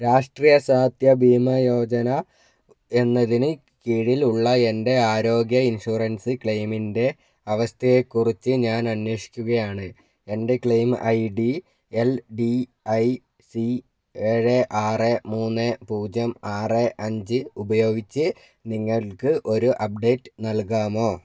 രാഷ്ട്രീയ സ്വാസ്ഥ്യ ബീമാ യോജന എന്നതിന് കീഴിൽ ഉള്ള എൻ്റെ ആരോഗ്യ ഇൻഷുറൻസ് ക്ലെയിമിൻ്റെ അവസ്ഥയെക്കുറിച്ച് ഞാൻ അന്വേഷിക്കുകയാണ് എൻ്റെ claim I D L D I C ഏഴ് ആറ് മൂന്ന് പൂജ്യം ആറ് അഞ്ച് ഉപയോഗിച്ച് നിങ്ങൾക്ക് ഒരു അപ്ഡേറ്റ് നൽകാമോ